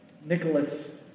Nicholas